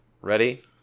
Ready